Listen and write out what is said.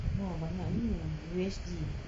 !wow! banyaknya U_S_D